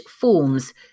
forms